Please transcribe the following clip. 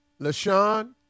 LaShawn